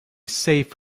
safe